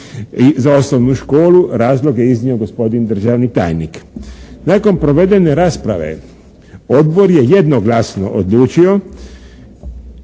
za osnovnu školu, razlog je iznio gospodin državni tajnik. Nakon provedene rasprave Odbor je jednoglasno odlučio